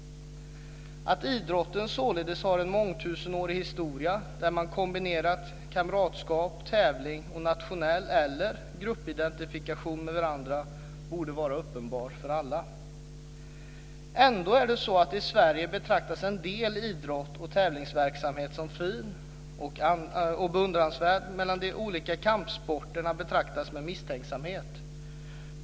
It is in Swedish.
Att idrotten således har en mångtusenårig historia där man kombinerat kamratskap, tävling och nationell eller annan gruppidentifikation med varandra borde vara uppenbart för alla. Ändå är det så att i Sverige betraktas en del idrotts och tävlingsverksamheter som "fina" och beundransvärda, medan de olika kampsporterna betraktas med misstänksamhet.